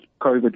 COVID